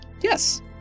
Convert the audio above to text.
Yes